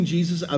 Jesus